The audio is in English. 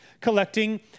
collecting